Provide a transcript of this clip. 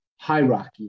hierarchy